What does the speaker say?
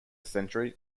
century